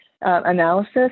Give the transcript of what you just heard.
analysis